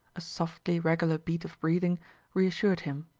a softly regular beat of breathing reassured him.